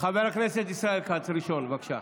חבר הכנסת ישראל כץ ראשון, בבקשה.